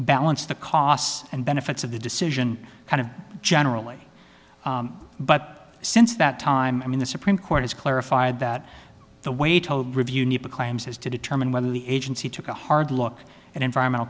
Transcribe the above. balance the costs and benefits of the decision kind of generally but since that time i mean the supreme court has clarified that the way to review nepa claims is to determine whether the agency took a hard look at environmental